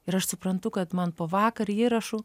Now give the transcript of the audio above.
ir aš suprantu kad man po vakar įrašu